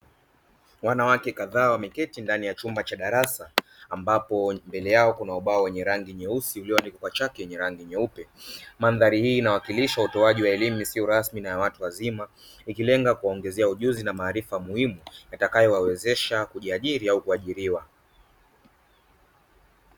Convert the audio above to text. Wanawake kadhaa wameketi ndani ya chumba cha darasa, ambapo mbele yao kuna ubao wenye rangi nyeusi ulioandikwa kwa chaki yenye rangi nyeupe. Mandhari hii inawakilisha utoaji wa elimu isiyo rasmi na ya watu wazima, ikilenga kuwaongezea ujuzi na maarifa muhimu yatakayo wawezesha kujiajiri au kuajiriwa.